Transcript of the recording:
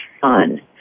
fun